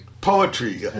Poetry